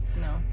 No